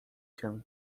się